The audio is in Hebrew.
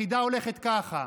החידה הולכת ככה: